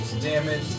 damage